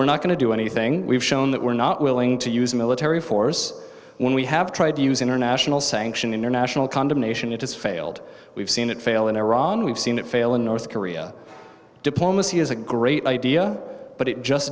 we're not going to do anything we've shown that we're not willing to use military force when we have tried to use international sanction international condemnation it has failed we've seen it fail in iran we've seen it fail in north korea diplomacy is a great idea but it just